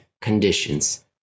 conditions